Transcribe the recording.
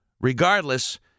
Regardless